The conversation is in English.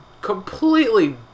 completely